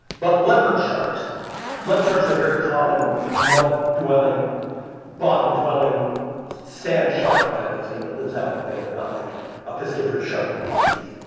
but leopard sharks leopard sharks are very common mud-dwelling, bottom-dwelling sand shark type of thing that lives out in the bay. they're not like a piscivorous shark with big teeth.